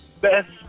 best